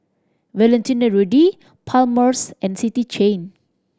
Valentino Rudy Palmer's and City Chain